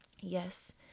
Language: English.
Yes